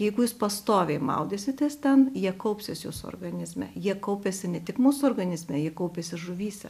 jeigu jūs pastoviai maudysitės ten jie kaupsis jūsų organizme jie kaupiasi ne tik mūsų organizme jie kaupiasi žuvyse